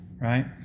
right